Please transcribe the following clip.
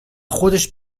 خودش